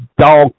dog